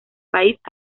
país